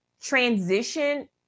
transition